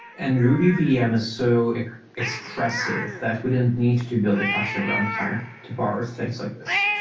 and ruby vm is so expressive that we didn't need to to build the customer on time to power things like this.